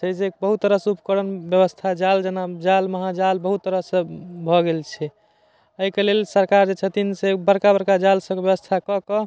छै जे बहुत तरहसँ उपकरण व्यवस्था जाल जेना जाल महाजाल बहुत तरहसँ भऽ गेल छै अइके लेल सरकार जे छथिन से बड़का बड़का जाल सबके व्यवस्था कऽ कऽ